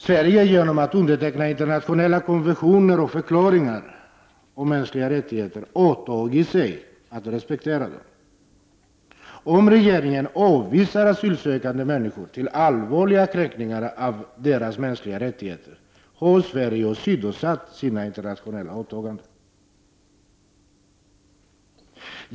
Sverige har genom att underteckna internationella konventioner och förklaringar om mänskliga rättigheter åtagit sig att respektera dem. Om regeringen avvisar asylsökande människor till allvarliga kränkningar av deras mänskliga rättigheter, har Sverige åsidosatt sina internationella åtaganden.